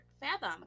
fathom